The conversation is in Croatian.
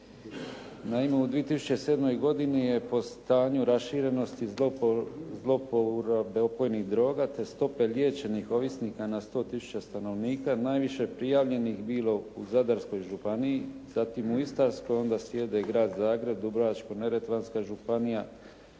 Naime u 2007. godini je po stanju raširenosti zloporabe opojnih droga te stope liječenih ovisnika na 100 tisuća stanovnika najviše prijavljenih bilo u Zadarskoj županiji, zatim u Istarskoj onda slijede Grad Zagreb, Dubrovačko-neretvanska županija,